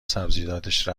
سبزیجاتش